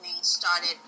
started